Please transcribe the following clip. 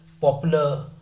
popular